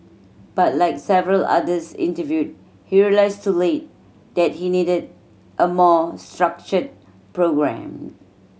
but like several others interviewed he realised too late that he needed a more structured programme